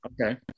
Okay